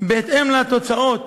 בהתאם לתוצאות,